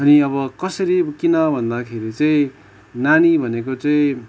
अनि अब कसरी किन भन्दाखेरि चाहिँ नानी भनेको चाहिँ